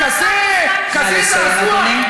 בכזה זעזוע,